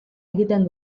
egiten